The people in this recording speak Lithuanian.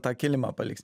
tą kilimą paliks